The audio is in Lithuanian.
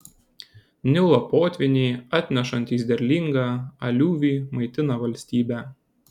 nilo potvyniai atnešantys derlingą aliuvį maitina valstybę